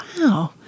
Wow